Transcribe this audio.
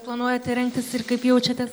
planuojate rengtis ir kaip jaučiatės